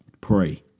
pray